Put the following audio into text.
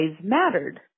mattered